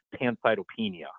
pancytopenia